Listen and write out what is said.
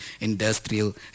industrial